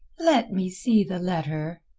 let me see the letter.